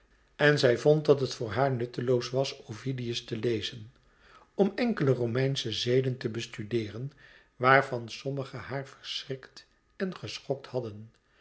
en zij vond dat het voor haar nutteloos was ovidius te lezen om enkele romeinsche zeden te bestudeeren waarvan sommige haar verschrikt en geschokt hadden